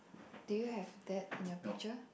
do you have that in your picture